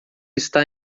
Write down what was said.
está